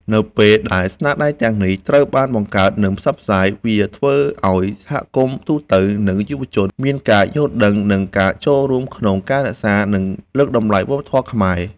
នៅពេលដែលស្នាដៃទាំងនេះត្រូវបានបង្កើត និងផ្សព្វផ្សាយ វាធ្វើឲ្យសហគមន៍ទូទៅ និងយុវជនមានការយល់ដឹង និងការចូលរួមក្នុងការរក្សា និងលើកតម្លៃវប្បធម៌ខ្មែរ។